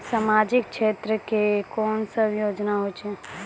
समाजिक क्षेत्र के कोन सब योजना होय छै?